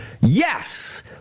Yes